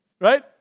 Right